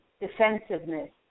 defensiveness